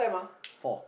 four